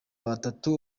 batatu